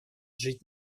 жить